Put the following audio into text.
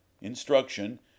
instruction